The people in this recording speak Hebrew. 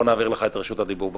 בוא נעביר לך את רשות הדיבור בחזרה.